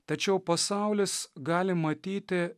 tačiau pasaulis gali matyti